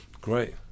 Great